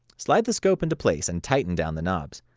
slide the scope into place and tighten down the knobs.